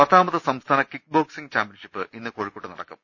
പത്താമത് സംസ്ഥാന kick boxing championship ഇന്ന് കോഴി ക്കോട്ട് നടക്കും